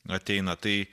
ateina tai